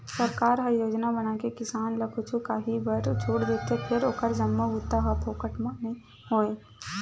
सरकार ह योजना बनाके किसान ल कुछु काही बर छूट देथे फेर ओखर जम्मो बूता ह फोकट म नइ होवय